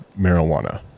marijuana